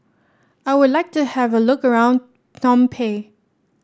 I would like to have a look around Phnom Penh